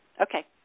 Okay